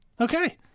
Okay